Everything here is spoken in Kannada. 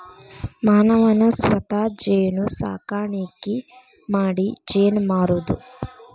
ಮಾನವನ ಸ್ವತಾ ಜೇನು ಸಾಕಾಣಿಕಿ ಮಾಡಿ ಜೇನ ಮಾರುದು